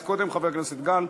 קודם חבר הכנסת גל.